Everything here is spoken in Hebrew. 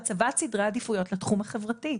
הצבת סדרי עדיפויות לתחום החברתי.